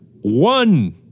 one